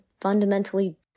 fundamentally